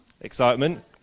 Excitement